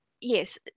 yes